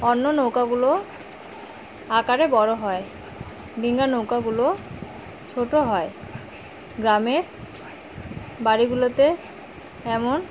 অন্য নৌকাগুলো আকারে বড়ো হয় ডিঙ্গা নৌকাগুলো ছোটো হয় গ্রামের বাড়িগুলোতে এমন